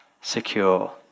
secure